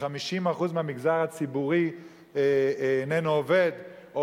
ש-50% מהמגזר הציבורי אינם עובדים,